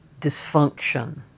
dysfunction